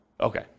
Okay